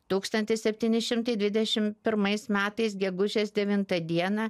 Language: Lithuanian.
tūkstantis septyni šimtai dvidešim pirmais metais gegužės devintą dieną